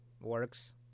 works